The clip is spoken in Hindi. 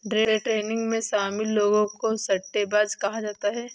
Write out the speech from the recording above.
डे ट्रेडिंग में शामिल लोगों को सट्टेबाज कहा जाता है